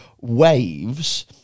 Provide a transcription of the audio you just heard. waves